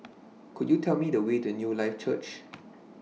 Could YOU Tell Me The Way to Newlife Church